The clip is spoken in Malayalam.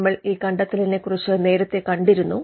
നമ്മൾ ഈ കണ്ടത്തലിനെ കുറിച്ച് നേരത്തെ കണ്ടിരുന്നു